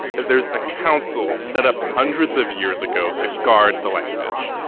there's a council, set up hundreds of years ago, to guard the language.